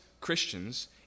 Christians